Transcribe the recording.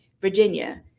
Virginia